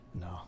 No